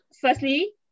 firstly